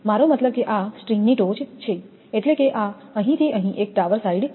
મારો મતલબ કે આ સ્ટ્રિંગની ટોચ છે એટલે આ અહીંથી અહીં એક ટાવર સાઇડ છે